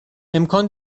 امکان